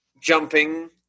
jumping